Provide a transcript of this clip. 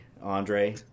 Andre